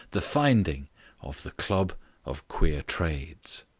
the finding of the club of queer trades.